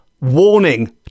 warning